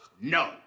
No